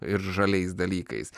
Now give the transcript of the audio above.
ir žaliais dalykais